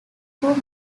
crew